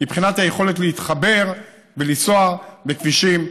מבחינת היכולת להתחבר ולנסוע בכבישים נורמליים.